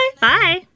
Bye